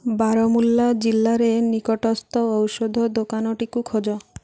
ବାରମୁଲ୍ଲା ଜିଲ୍ଲାରେ ନିକଟସ୍ଥ ଔଷଧ ଦୋକାନଟିକୁ ଖୋଜ